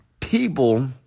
people